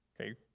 Okay